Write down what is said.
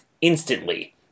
instantly